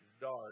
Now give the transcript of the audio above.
dark